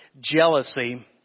jealousy